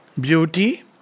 beauty